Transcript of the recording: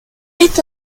est